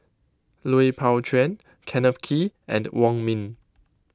Lui Pao Chuen Kenneth Kee and Wong Ming